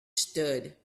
stood